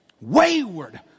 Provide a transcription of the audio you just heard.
Wayward